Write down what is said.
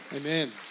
Amen